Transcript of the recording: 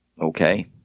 okay